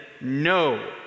no